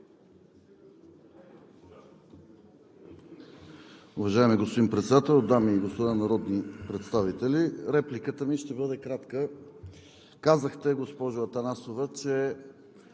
Уважаеми господин Председател, дами и господа народни представители! Моята реплика ще бъде кратка. Казахте, госпожо Атанасова, че